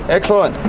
excellent.